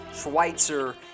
Schweitzer